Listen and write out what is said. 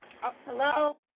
Hello